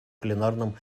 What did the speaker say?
пленарном